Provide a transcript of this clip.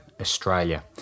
Australia